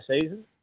season